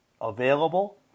available